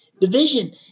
division